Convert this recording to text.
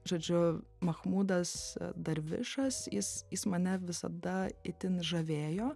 žodžiu machmudas darvišas jis jis mane visada itin žavėjo